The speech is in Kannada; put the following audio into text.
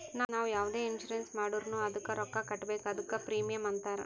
ನಾವು ಯಾವುದೆ ಇನ್ಸೂರೆನ್ಸ್ ಮಾಡುರ್ನು ಅದ್ದುಕ ರೊಕ್ಕಾ ಕಟ್ಬೇಕ್ ಅದ್ದುಕ ಪ್ರೀಮಿಯಂ ಅಂತಾರ್